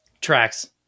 tracks